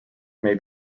may